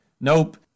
Nope